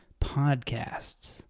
podcasts